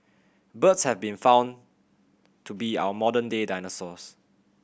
birds have been found to be our modern day dinosaurs